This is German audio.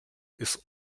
ist